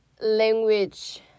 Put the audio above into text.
language